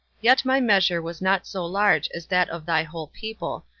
yet my measure was not so large as that of thy whole people,